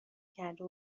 کرده